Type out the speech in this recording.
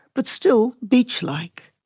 but still beech-like.